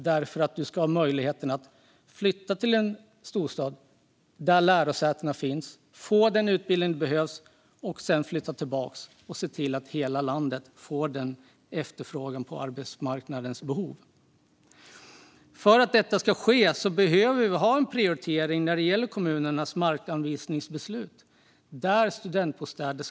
Man ska ha möjlighet att flytta till en storstad där lärosätena finns, få den utbildning som behövs och sedan flytta tillbaka. Så ser vi till att hela landet får sin efterfrågan på arbetsmarknadens behov tillgodosedd. För att detta ska ske behöver vi ha en prioritering av studentbostäder i kommunernas markanvisningsbeslut.